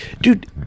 Dude